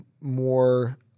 more